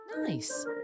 nice